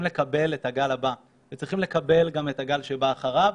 לקבל את הגל הבא וגם את זה שבא אחריו,